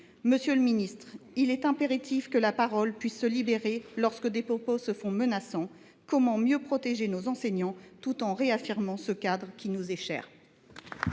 Monsieur le ministre, il est impératif que la parole puisse se libérer lorsque des propos se font menaçants. Comment mieux protéger nos enseignants tout en réaffirmant ce cadre qui nous est cher ?